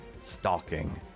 Stalking